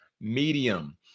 medium